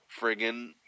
friggin